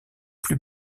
plus